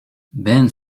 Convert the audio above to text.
ben